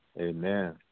amen